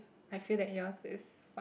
I feel that yours is smart